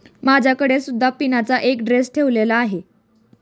माझ्याकडे सुद्धा पिनाचा एक ड्रेस ठेवलेला आहे